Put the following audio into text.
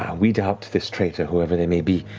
ah weed out this traitor, whoever they may be,